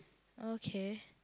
okay